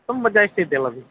ತುಂಬ ಜಾಸ್ತಿ ಐತೆಲ ಅದು